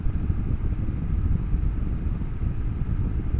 Jio SIM এ মাসে unlimited কত টাকা ভরের নাগে?